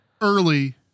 early